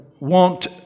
wont